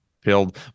pilled